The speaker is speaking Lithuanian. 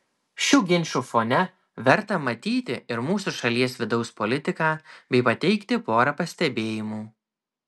šių ginčų fone verta matyti ir mūsų šalies vidaus politiką bei pateikti porą pastebėjimų